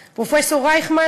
פרופסור אוריאל רייכמן.